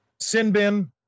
Sinbin